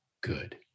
good